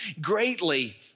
greatly